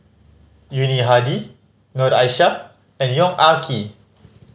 Yuni Hadi Noor Aishah and Yong Ah Kee